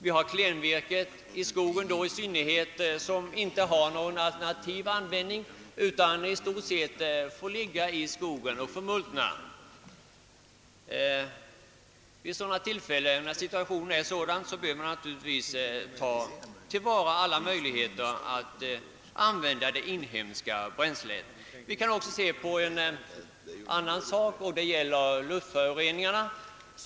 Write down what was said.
I synnerhet klenvirket saknar alternativ användning. Det får i regel ligga kvar i skogen och förmultna. När situationen är sådan bör man naturligtvis ta till vara alla möjligheter att använda det inhemska bränslet. En annan sak som vi bör ta hänsyn till i sammanhanget är luftföroreningarna.